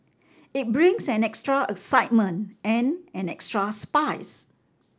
it brings an extra excitement and an extra spice